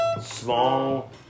small